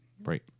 right